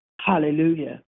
Hallelujah